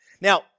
Now